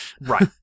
Right